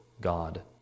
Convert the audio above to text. God